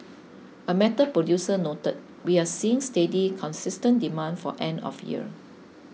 a metal producer noted we are seeing steady consistent demand for end of year